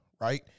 right